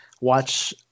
watch